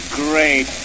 great